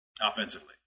offensively